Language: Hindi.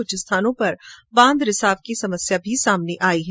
क्छ स्थानों पर बांध रिसाव की समस्या भी सामने आई है